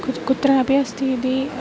कुत्र कुत्रापि अस्ति इति